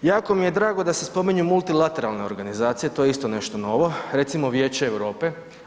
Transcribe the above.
Jako mi je drago da se spominju multilateralne organizacije, to je isto nešto novo, recimo Vijeće Europe.